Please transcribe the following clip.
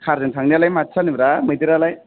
कारजों थांनायालाय माथो जानो ब्रा मैदेरालाय